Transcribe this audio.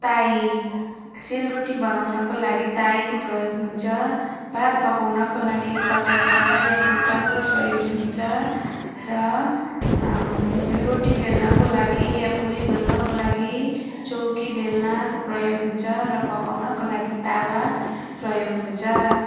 ताई सेलरोटी बनाउनको लागि ताईको प्रयोग हुन्छ भात पकाउनको लागि तपेस भाँडा वा कुकरको प्रयोजन हुन्छ र रोटी बेल्नको लागि वा पुरी बेल्नको लागि चौकी बेलनाको प्रगोय हुन्छ र पकाउनको लागि तावा प्रयोग हुन्छ